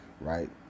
right